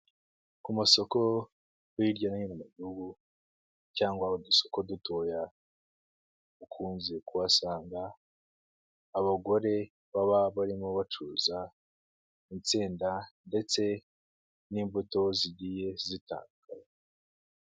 Ku masoko hirya no hino mu gihugu cyangwa udu soko dutoya, ukunze kuhasanga abagore baba barimo bacuruza itsenda ndetse n'imbuto zigiye zitandukanye.